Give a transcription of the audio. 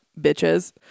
bitches